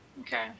Okay